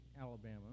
Alabama